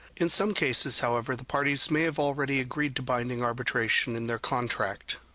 in some cases, however, the parties may have already agreed to binding arbitration in their contract.